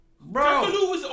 Bro